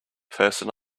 person